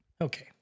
Okay